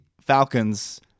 Falcons